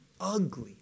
ugly